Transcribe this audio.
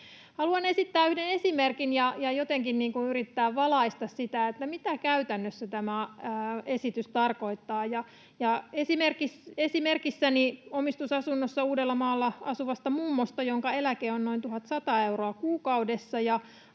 Haluan esittää yhden esimerkin ja jotenkin yrittää valaista sitä, mitä käytännössä tämä esitys tarkoittaa. Esimerkkini on omistusasunnossa Uudellamaalla asuvasta mummosta, jonka eläke on noin 1 100 euroa kuukaudessa